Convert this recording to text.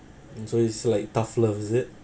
so it's like tough love is it